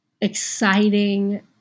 exciting